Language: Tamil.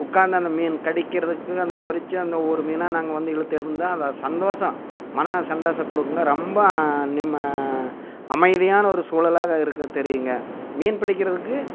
உட்காந்து அந்த மீன் கடிக்கிறதுக்கு அந்த குறச்சி அந்த ஒவ்வொரு மீனாக நாங்கள் வந்து இழுத்து எழுந்தா அது சந்தோஷம் மன சந்தோசக் கொடுக்கும்ங்க ரொம்ப நிம்ம அமைதியான ஒரு சூழலாக இருக்க தெரியுங்க மீன் பிடிக்கிறதுக்கு